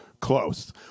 close